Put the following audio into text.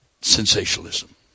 sensationalism